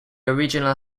original